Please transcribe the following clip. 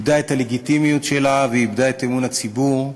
איבדה את הלגיטימיות שלה ואיבדה את אמון הציבור.